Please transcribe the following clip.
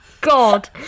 God